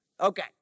Okay